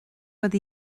rud